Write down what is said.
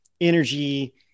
energy